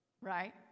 Right